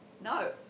No